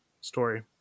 story